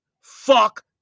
Fuck